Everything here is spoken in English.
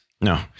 No